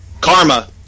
Karma